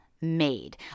made